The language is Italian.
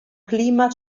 clima